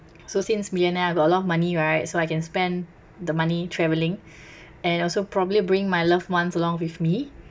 so since millionaire I got a lot of money right so I can spend the money traveling and also probably bring my loved ones along with me